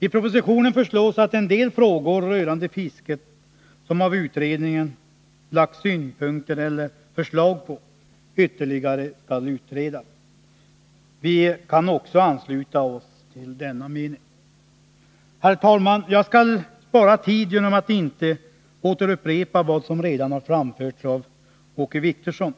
I propositionen föreslås att en del frågor rörande fisket vilka utredningen lagt synpunkter på eller förslag om ytterligare skall utredas. Vi kan också ansluta oss till denna mening. Herr talman! Jag skall spara tid genom att inte återupprepa vad som redan har framförts av Åke Wictorsson.